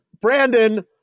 Brandon